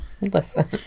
Listen